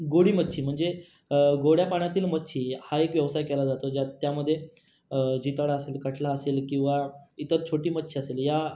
गोडी मच्छी म्हणजे गोड्या पाण्यातील मच्छी हा एक व्यवसाय केला जातो ज्यात त्यामध्ये जिताडा असेल कटला असेल किंवा इतर छोटी मच्छी असेल या